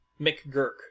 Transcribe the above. McGurk